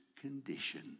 condition